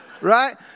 Right